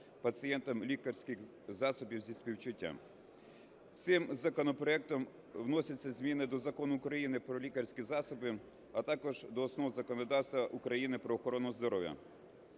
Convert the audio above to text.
пацієнтам лікарських засобів зі співчуття. Цим законопроектом вносяться зміни до Закону України "Про лікарські засоби", а також до основ законодавства України про охорону здоров'я.